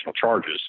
charges